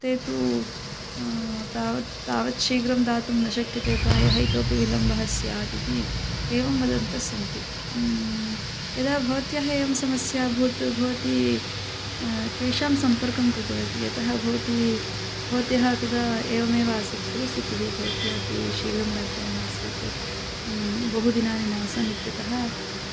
ते तु तावत् तावत् शीघ्रं दातुं न शक्यते प्रायः इतोपि विलम्बः स्यात् इति एवं वदन्तः सन्ति यदा भवत्याः एवं समस्या अभूत् भवती केषां सम्पर्कं कृतवती यतः भवती भवत्याः तदा एवमेव आसीत् खलु स्थितिः भवत्या अपि शीघ्रं गन्तव्यमासीत् बहु दिनानि नासन् इत्यतः